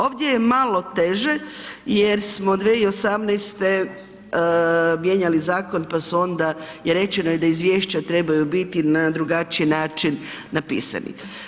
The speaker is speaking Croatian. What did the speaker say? Ovdje je malo teže jer smo 2018. mijenjali zakon pa su onda je rečeno da izvješća trebaju biti na drugačiji način napisani.